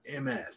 MS